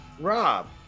Rob